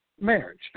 marriage